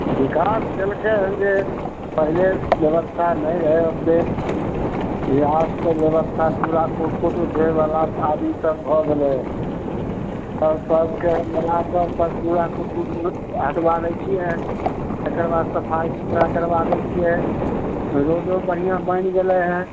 बिकास केलकै हन जे पहिले ब्यवस्था नहि रहै ओतेक जे आब तऽ ब्यवस्था कूड़ा कुरकुट उठबय बला आदमी सब भऽ गेलै सब पद के भेला सऽ कूड़ा कुरकुट हटबाबै छियै एकर बाद सफाइ सुथरा करबाबै छियै रोडो बढ़िआँ बनि गेलै हेँ